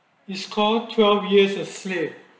it's called twelve years a slave